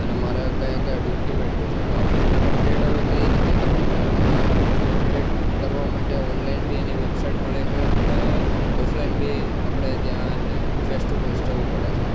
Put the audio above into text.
અને મારે કયા કયા ડોક્યુમેન્ટ જોશે અને એને અપડેટ હવે કઈ રીતે કરવાનું એમ હવે અપડેટ કરવા માટે ઓનલાઈન બી એની વેબસાઇટ મળે છે અને ઓફલાઈન બી આપણે ત્યાં એને ફેસ ટુ ફેસ જવું પડે છે